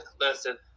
listen